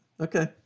okay